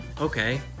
okay